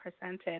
presented